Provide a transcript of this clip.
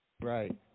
Right